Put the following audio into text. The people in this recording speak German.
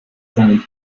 seinen